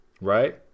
right